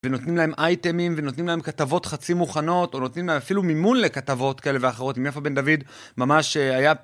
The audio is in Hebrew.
ונותנים להם אייטמים, ונותנים להם כתבות חצי מוכנות, או נותנים להם אפילו מימון לכתבות כאלה ואחרות. עם יפה בן דוד, ממש היה...